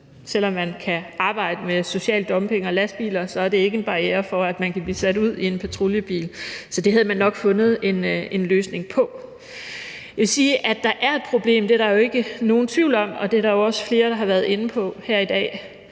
selv om man kan arbejde med social dumping og lastbiler, er det ikke en barriere for, at man kan blive sat ud i en patruljebil. Så det havde man nok fundet en løsning på. Jeg vil sige, at der er et problem; det er der jo ikke nogen tvivl om, og det er der også flere der har været inde på her i dag.